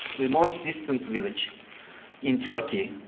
the most distant village in turkey